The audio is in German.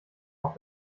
auf